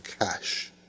cash